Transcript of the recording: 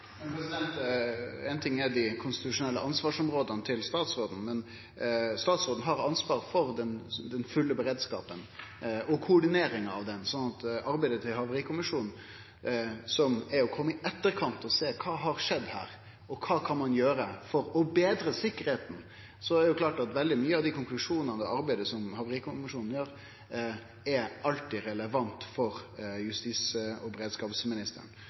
ansvar for den fulle beredskapen og koordinering av den. Arbeidet til Havarikommisjonen er å kome i etterkant og sjå kva som har skjedd her, og kva kan ein gjere for å betre sikkerheita. Så det er klart at veldig mykje av dei konklusjonane og arbeidet som Havarikommisjonen gjer, alltid er relevant for justis- og beredskapsministeren.